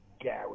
gary